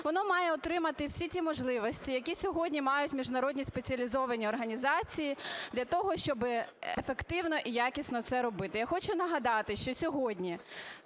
Воно має отримати всі ті можливості, які сьогодні мають міжнародні спеціалізовані організації, для того щоб ефективно і якісно це робити. Я хочу нагадати, що сьогодні